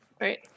right